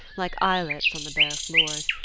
like islets on the bare floors,